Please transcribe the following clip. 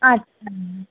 আচ্ছা